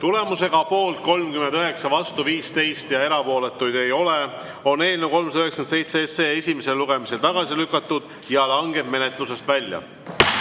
Tulemusega poolt 39, vastu 15, erapooletuid ei ole, on eelnõu 397 esimesel lugemisel tagasi lükatud ja langeb menetlusest välja.